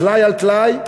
טלאי על טלאי,